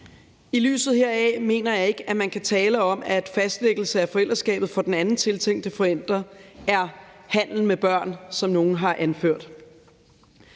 I lyset heraf mener jeg ikke, at man kan tale om, at fastlæggelse af forældreskabet for den tiltænkte forælder er handel med børn, som nogle har anført.